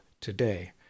today